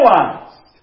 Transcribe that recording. realized